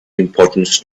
importance